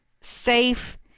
safe